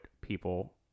people